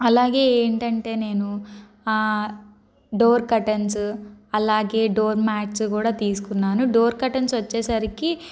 అలాగే ఏంటంటే నేను ఆ డోర్ కర్టెన్స్ అలాగే డోర్ మ్యాట్స్ కూడా తీసుకున్నాను డోర్ కర్టెన్స్ వచ్చేసరికి